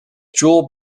jewel